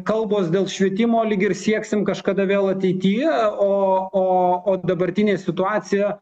kalbos dėl švietimo lyg ir sieksim kažkada vėl ateityje o o dabartinė situacija